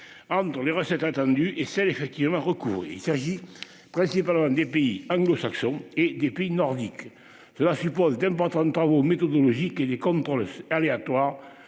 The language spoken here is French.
en dans les recettes attendues est celle effectivement recours. Il s'agit principalement des pays anglo-saxons et des pays nordiques. Cela suppose d'importants travaux méthodologiques et les contrôles aléatoires.